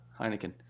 Heineken